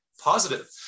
positive